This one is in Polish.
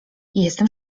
jestem